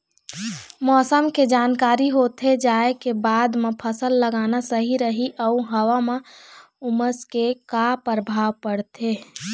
मौसम के जानकारी होथे जाए के बाद मा फसल लगाना सही रही अऊ हवा मा उमस के का परभाव पड़थे?